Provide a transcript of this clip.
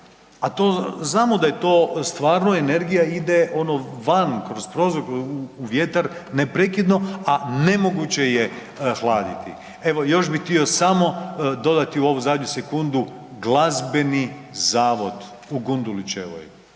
A znamo da je to stvarno energije ide ono van, kroz prozor, u vjetar neprekidno a nemoguće je hladiti. Evo, još bi htio samo dodati u ovo zadnju sekundu Glazbeni zavod u Gundulićevoj.